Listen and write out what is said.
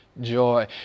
joy